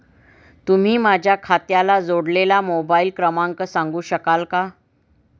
तुम्ही माझ्या खात्याला जोडलेला मोबाइल क्रमांक सांगू शकाल का?